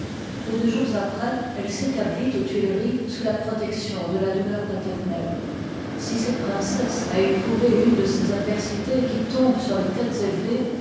peu de jours après lle s'établit aux tuileries sous la protectipji iiç la douleur paternelle r sd cotte princesse a éprouvé une de ce adveiités qui tombent sur les têtes élevées